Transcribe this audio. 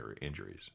injuries